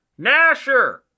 Nasher